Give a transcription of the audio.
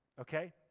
okay